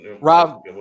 Rob